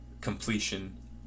completion